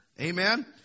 Amen